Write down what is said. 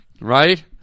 right